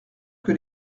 que